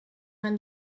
when